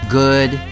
good